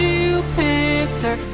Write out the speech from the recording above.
Jupiter